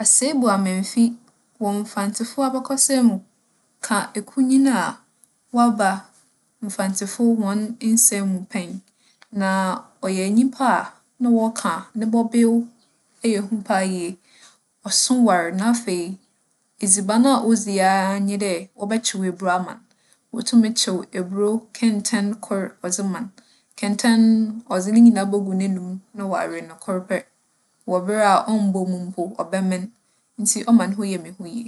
Asebu Amemfi, wͻ Mfantsefo abakͻsɛm mu, ka ekunyin a wͻaba Mfantsefo hͻn nsɛm mu pɛn. Na ͻyɛ nyimpa a nna wͻka a, no bͻbew ɛyɛ hu paa yie. ͻso war, na afei, edziban a odzi ara nye dɛ wͻbɛkyew eburow ama no. Wotum kyew eburow kɛntsɛn kor wͻdze ma no. Kɛntsɛn no, ͻdze ne nyina bogu n'anomu na ͻawe no kor pɛr wͻ ber a ͻmmbͻ mu mpo, ͻbɛmen. Ntsi ͻma no ho yɛ me hu yie.